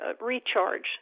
recharge